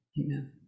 amen